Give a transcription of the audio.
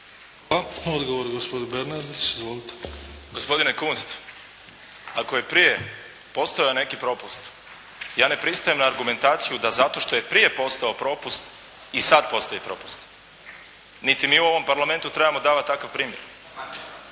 Bernardić. Izvolite. **Bernardić, Davor (SDP)** Gospodine Kunst, ako je prije postojao neki propust, ja ne pristajem na argumentaciju da zato što je prije postojao propust i sad postoji propust. Niti mi u ovom Parlamentu trebamo davati takav primjer.